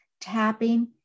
tapping